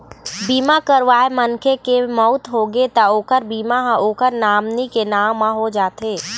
बीमा करवाए मनखे के मउत होगे त ओखर बीमा ह ओखर नामनी के नांव म हो जाथे